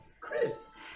Chris